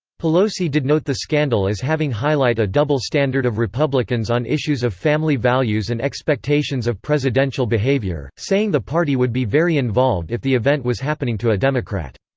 pelosi did note the scandal as having highlight a double standard of republicans on issues of family values and expectations of presidential behavior, saying the party would be very involved if the event was happening to a democrat.